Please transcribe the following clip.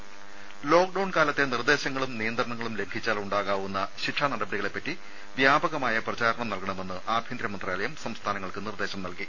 രുദ ലോക്ഡൌൺ കാലത്തെ നിർദ്ദേശങ്ങളും നിയന്ത്രണങ്ങളും ലംഘിച്ചാൽ ഉണ്ടാകാവുന്ന ശിക്ഷാനടപടികളെപ്പറ്റി വ്യാപകമായ പ്രചാരണം നൽകണമെന്ന് ആഭ്യന്തര മന്ത്രാലയം സംസ്ഥാനങ്ങൾക്ക് നിർദ്ദേശം നൽകി